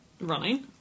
Running